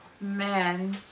man